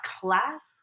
class